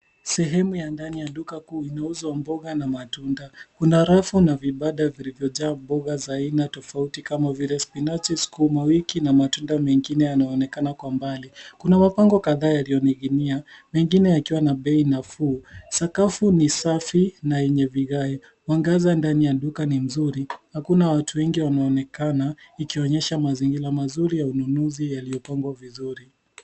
Sehemu ya ndani ya duka kuu, inauzwa mboga na matunda. Kuna rafu na vibanda vilivyojaa mboga za aina tofauti kama vile spinachi, sukuma wiki na matunda mengine yanaonekana kwa mbali. Kuna mabango kadhaa yaliyoning'inia, mengine yakiwa na bei nafuu. Sakafu ni safi na yenye vigae. Mwangaza ndani ya duka ni mzuri. Hakuna watu wengi wanaoonekana, ikionyesha mazingira mazuri ya ununuzi yaliyo pangwa vizuri.